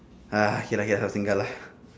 ah okay okay lah four finger lah